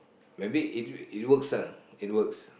maybe it it works lah it works